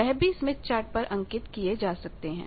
वह भी Smith chart पर अंकित किए जा सकते हैं